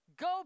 Go